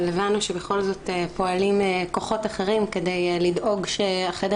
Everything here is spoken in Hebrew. אבל הבנו שבכל זאת פועלים כוחות אחרים כדי לדאוג שהחדר